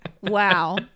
Wow